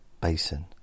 Basin